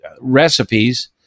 recipes